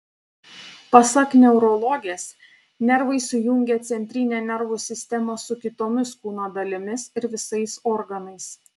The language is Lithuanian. pasak neurologės nervai sujungia centrinę nervų sistemą su kitomis kūno dalimis ir visais organais